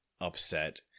upset